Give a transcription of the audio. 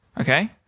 okay